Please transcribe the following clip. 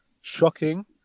shocking